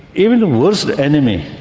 even the worst enemy,